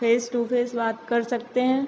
face to face बात कर सकते हैं